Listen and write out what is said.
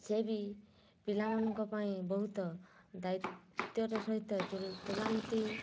ସେ ବି ପିଲାମାନଙ୍କ ପାଇଁ ବୋହୁତ ଦାୟିତ୍ଵର ସହିତ ଚୁ ତୁଲାନ୍ତି